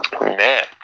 Man